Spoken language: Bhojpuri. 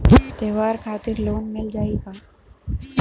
त्योहार खातिर लोन मिल जाई का?